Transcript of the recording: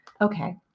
Okay